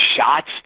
shots